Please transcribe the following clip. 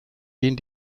den